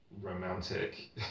romantic